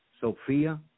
Sophia